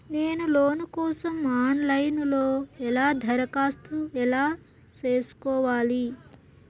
నేను లోను కోసం online లో ఎలా దరఖాస్తు ఎలా సేసుకోవాలి?